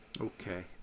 Okay